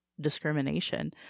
discrimination